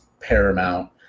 Paramount